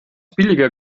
billiger